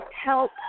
help